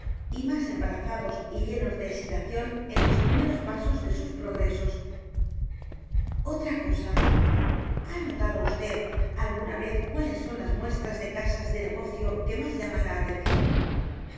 y más embarazados y llenos de hesitación en los p r i m e ros pasos de sus p r o g r e s o s o t r a cosa h a notado vd alguna vez cuáles son las m u e s t r a s de casas de negocio que más llaman la atención